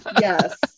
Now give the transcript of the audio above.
yes